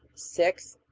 six.